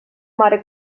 mare